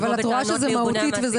זה לבוא בטענות לארגוני המעסיקים.